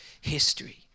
history